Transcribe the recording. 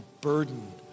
burden